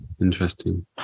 Interesting